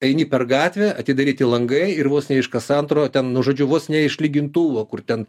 eini per gatvę atidaryti langai ir vos ne iš kas antro ten nu žudžiau vos ne iš lygintuvo kur ten